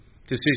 decision